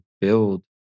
build